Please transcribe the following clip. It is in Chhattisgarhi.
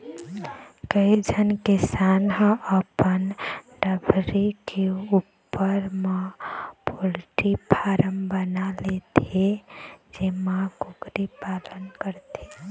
कइझन किसान ह अपन डबरी के उप्पर म पोल्टी फारम बना लेथे जेमा कुकरी पालन करथे